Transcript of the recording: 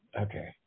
Okay